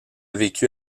vécu